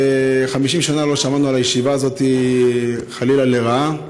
ו-50 שנה לא שמעו על הישיבה הזאת, חלילה, לרעה.